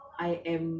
big